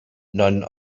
none